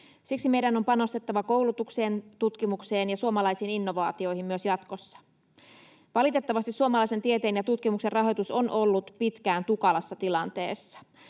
Siksi meidän on panostettava koulutukseen, tutkimukseen ja suomalaisiin innovaatioihin myös jatkossa. Valitettavasti suomalaisen tieteen ja tutkimuksen rahoitus on ollut pitkään tukalassa tilanteessa.